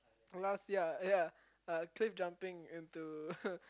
last year ah ya uh cliff jumping into